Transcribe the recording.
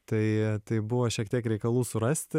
tai tai buvo šiek tiek reikalų surasti